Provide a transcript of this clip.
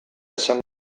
esango